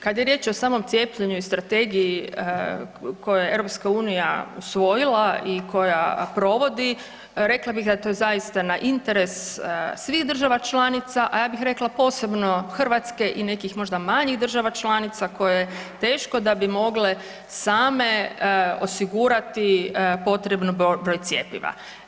Kad je riječ o samom cijepljenju i strategiji koju je EU usvojila i koja provodi, rekla bih da je to zaista na interes svih država članica, a ja bih rekla posebno Hrvatske i nekih možda manjih država članica koje teško da bi mogle same osigurati potrebi broj cjepiva.